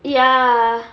ya